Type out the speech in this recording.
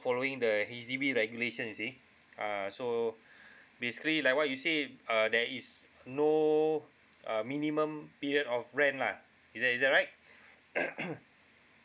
following the H_D_B regulation you see uh so basically like what you said uh there is no uh minimum period of rent lah is that is that right